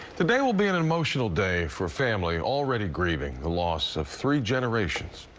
today will be an an emotional day for family already grieving the loss of three generations.